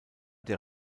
der